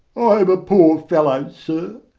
i am a poor fellow, sir.